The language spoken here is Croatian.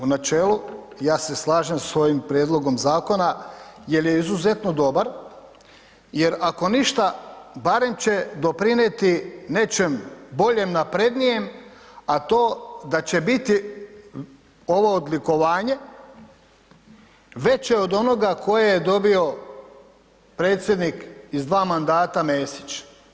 U načelu, u načelu ja se slažem s ovim prijedlogom zakona jer je izuzetno dobar jer ako ništa, barem će doprinijeti nečem boljem, naprednijem a to da će biti ovo odlikovanje veće od onoga koje je dobio Predsjednik iz dva mandata, Mesić.